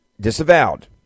disavowed